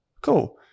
cool